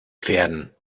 pferden